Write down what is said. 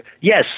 yes